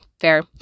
fair